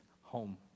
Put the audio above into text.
home